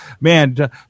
Man